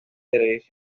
series